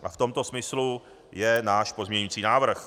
A v tomto smyslu je náš pozměňující návrh.